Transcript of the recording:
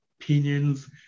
opinions